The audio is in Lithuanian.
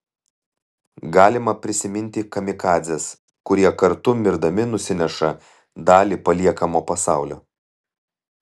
galima prisiminti kamikadzes kurie kartu mirdami nusineša dalį paliekamo pasaulio